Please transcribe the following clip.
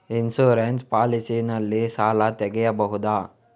Insurance policy ನಲ್ಲಿ ಸಾಲ ತೆಗೆಯಬಹುದ?